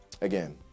Again